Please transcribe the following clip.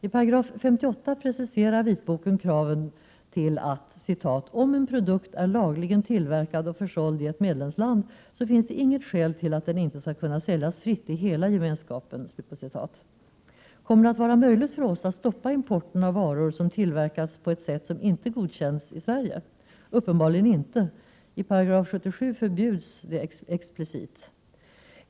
I § 58 preciserar vitboken kraven till att ”om en produkt är lagligen tillverkad och försåld i ett medlemsland så finns det inget skäl till att den inte skall kunna säljas fritt i hela Gemenskapen”. Kommer det att vara möjligt för oss att stoppa importen av varor som tillverkas på ett sätt som inte godkänns i Sverige? Det blir uppenbarligen inte möjligt — i § 77 förbjuds det explicit.